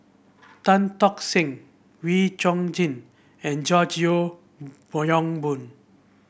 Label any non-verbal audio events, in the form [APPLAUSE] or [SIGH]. Tan Tock Seng Wee Chong Jin and George Yeo [UNINTELLIGIBLE] Yong Boon